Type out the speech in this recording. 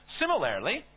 Similarly